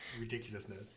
ridiculousness